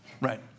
right